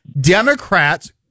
Democrats